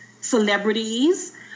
celebrities